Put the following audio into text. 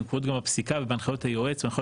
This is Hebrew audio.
הן גם מופיעות בפסיקה ובהנחיות היועץ ובהנחיות